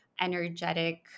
energetic